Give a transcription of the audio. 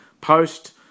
post